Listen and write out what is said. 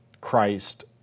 Christ